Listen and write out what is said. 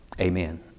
Amen